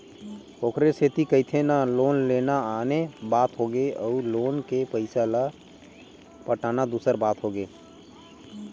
ओखरे सेती कहिथे ना लोन लेना आने बात होगे अउ लोन के पइसा ल पटाना दूसर बात होगे